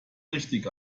richtig